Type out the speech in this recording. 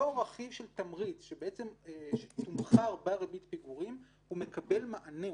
אותו רכיב של תמריץ שתומחר בריבית הפיגורים מקבל מענה.